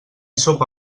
sopa